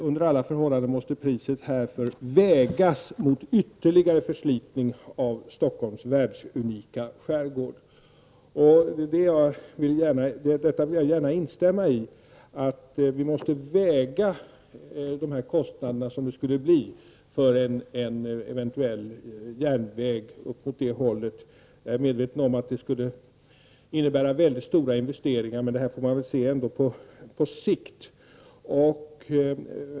Under alla förhållanden måste priset härför vägas mot ytterligare förslitning av Stockholms världsunika skärgård. Jag vill gärna instämma i detta. Vi måste väga de kostnader som det skulle bli för en eventuell järnväg. Jag är medveten om att det skulle innebära stora investeringar. Men detta får man väl se på sikt.